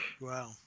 Wow